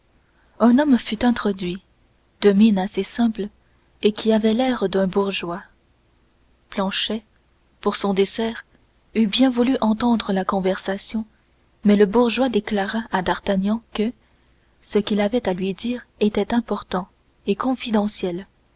un homme fut introduit de mine assez simple et qui avait l'air d'un bourgeois planchet pour son dessert eût bien voulu entendre la conversation mais le bourgeois déclara à d'artagnan que ce qu'il avait à lui dire étant important et confidentiel